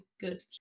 good